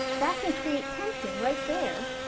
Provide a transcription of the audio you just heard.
that can create tension right there